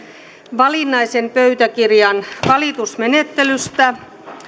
valinnaisen pöytäkirjan valitusmenettelystä